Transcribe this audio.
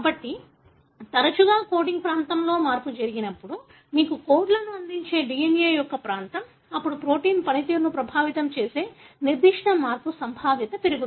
కాబట్టి తరచుగా కోడింగ్ ప్రాంతంలో మార్పు జరిగినప్పుడు మీకు కోడ్లను అందించే DNA యొక్క ప్రాంతం అప్పుడు ప్రోటీన్ పనితీరును ప్రభావితం చేసే నిర్దిష్ట మార్పు సంభావ్యత పెరుగుతుంది